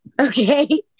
Okay